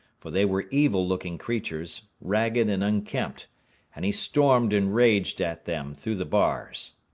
for they were evil-looking creatures, ragged and unkempt and he stormed and raged at them through the bars.